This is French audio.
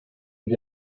vit